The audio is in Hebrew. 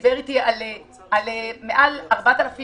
שאם היה אפשר להסתכל על התחום הכללי